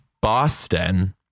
Boston